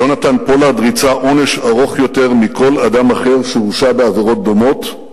יונתן פולארד ריצה עונש ארוך יותר מכל אדם אחר שהורשע בעבירות דומות,